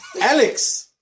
Alex